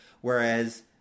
Whereas